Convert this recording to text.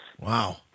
Wow